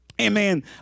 amen